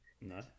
No